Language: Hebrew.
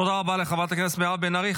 תודה רבה לחברת הכנסת מירב בן ארי.